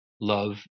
love